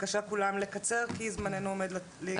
בבקשה כולם לקצר, כי זמננו עומד להסתיים.